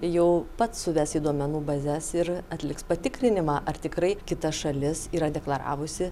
jau pats suves į duomenų bazes ir atliks patikrinimą ar tikrai kita šalis yra deklaravusi